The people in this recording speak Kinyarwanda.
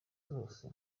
zose